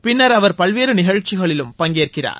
பின்னர் அவர் பல்வேறு நிகழ்ச்சிகளிலும் பங்கேற்கிறார்